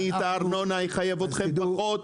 אני את הארנונה אחייב אתכם פחות,